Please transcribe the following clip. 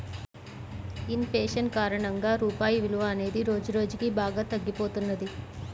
in fashion కారణంగా రూపాయి విలువ అనేది రోజురోజుకీ బాగా తగ్గిపోతున్నది